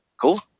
cool